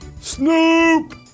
Snoop